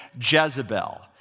Jezebel